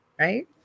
right